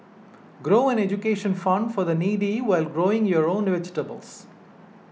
grow an education fund for the needy while growing your own vegetables